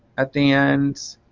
at the end.